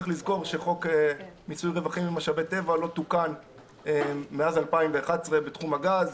צריך לזכור שחוק מיסוי רווחים ממשאבי טבע לא תוקן מאז 2011 בתחום הגז,